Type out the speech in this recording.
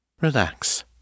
Relax